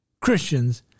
Christians